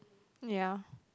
ya